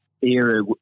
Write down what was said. era